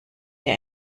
der